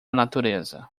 natureza